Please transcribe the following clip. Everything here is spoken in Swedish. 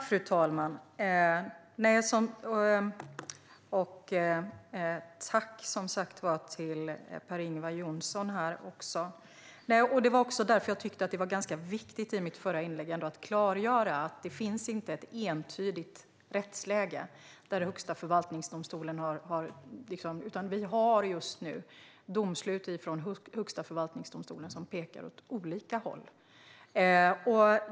Fru talman! Som jag ville klargöra i mitt förra inlägg har vi inte ett entydigt rättsläge, utan vi har domslut från Högsta förvaltningsdomstolen som pekar åt olika håll.